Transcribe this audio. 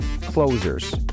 closers